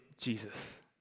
Jesus